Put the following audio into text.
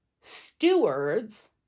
stewards